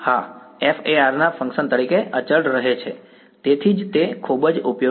હા F એ r ના ફંક્શન તરીકે અચળ રહે છે તેથી જ તે ખૂબ જ ઉપયોગી છે